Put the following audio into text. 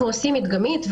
אנחנו עושים מדגמית,